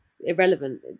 irrelevant